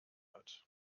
hat